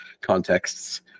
contexts